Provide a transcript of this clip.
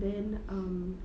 then um